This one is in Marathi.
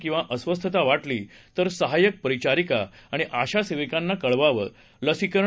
किंवा अस्वस्थता वाटली तर सहाय्यक परिचारिका आणि आशा सेविकांना कळवावंलसीकरण